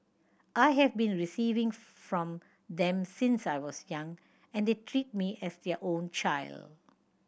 I have been receiving from them since I was young and the treat me as their own child